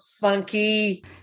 funky